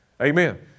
Amen